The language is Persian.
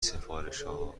سفارشها